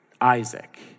Isaac